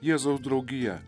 jėzaus draugija